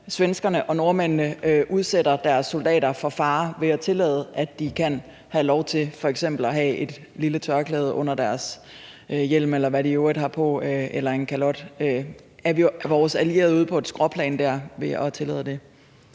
svenskerne og nordmændene udsætter deres soldater for fare ved at tillade, at de kan have lov til f.eks. at have et lille tørklæde eller en kalot under deres hjelm, eller hvad de i øvrigt har på? Er vores allierede ude på et skråplan dér ved at tillade det?